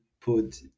put